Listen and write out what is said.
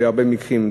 בהרבה מקרים,